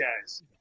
guys